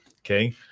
okay